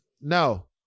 No